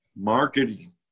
marketing